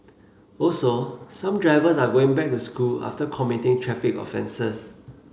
also some drivers are going back to school after committing traffic offences